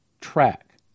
Track